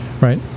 Right